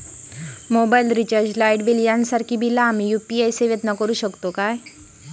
Mobile recharge, light bill यांसारखी बिला आम्ही यू.पी.आय सेवेतून करू शकतू काय?